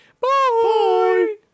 bye